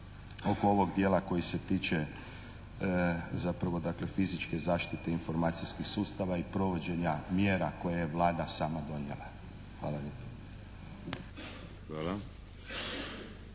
oko ovog dijela koji se tiče zapravo dakle fizičke zaštite informacijskih sustava i provođenja mjera koje je Vlada sama donijela. Hvala